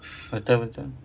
betul betul